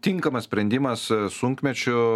tinkamas sprendimas sunkmečiu